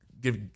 give